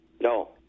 No